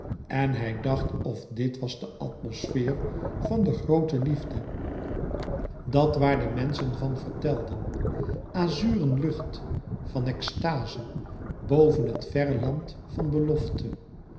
en hij dacht of dt was de atmosfeer van de groote liefde dat waar de menschen van vertelden azuren lucht van extaze boven het verre land van belofte